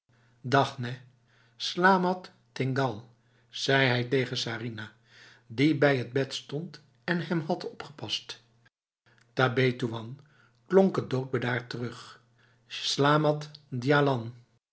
dag nèh slamat tinggal zei hij tegen sarinah die bij het bed stond en hem had opgepast tabé toean klonk het doodbedaard terug